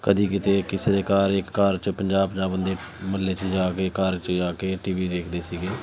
ਕਦੀ ਕਿਤੇ ਕਿਸੇ ਦੇ ਘਰ 'ਚ ਇੱਕ ਘਰ 'ਚ ਪੰਜਾਹ ਪੰਜਾਹ ਬੰਦੇ ਮੁਹੱਲੇ 'ਚ ਜਾ ਕੇ ਘਰ 'ਚ ਜਾ ਕੇ ਟੀ ਵੀ ਦੇਖਦੇ ਸੀਗੇ